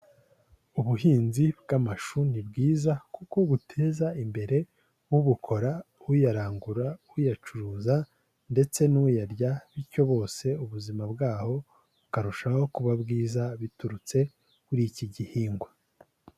Ubuhinzi bw'amashuri ni bwiza kuko buteza imbere ubukora, uyarangura, uyacuruza ndetse n'uyarya, bityo bose ubuzima bwabo bukarushaho kuba bwiza biturutse kuri iki gihingwa.